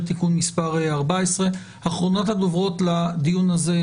תיקון מס' 14. אחרונות הדוברות לדיון הזה,